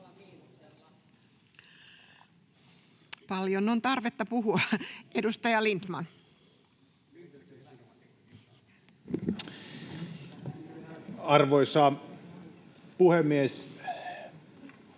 Paljon on tarvetta puhua. — Edustaja Lindtman. [Speech